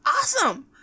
awesome